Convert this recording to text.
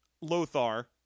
Lothar